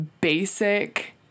basic